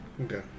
Okay